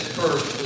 first